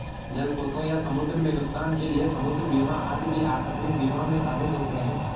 जलपोतों या समुद्र में नुकसान के लिए समुद्र बीमा आदि भी आकस्मिक बीमा में शामिल होते हैं